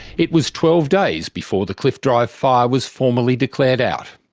it was twelve days before the cliff drive fire was formally declared out.